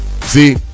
see